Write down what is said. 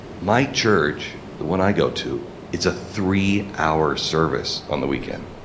my church the one i go to is a three hour service on the weekend.